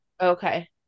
Okay